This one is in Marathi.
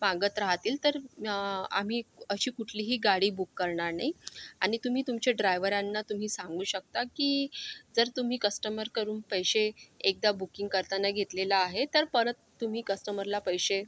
मागत राहतील तर आम्ही अशी कुठलीही गाडी बुक करणार नाही आणि तुम्ही तुमच्या ड्रायवरांना तुम्ही सांगू शकता की जर तुम्ही कस्टमरकडून पैसे एकदा बुकिंग करताना घेतलेलं आहे तर परत तुम्ही कस्टमरला पैसे